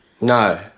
No